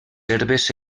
herbes